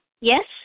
Yes